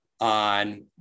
on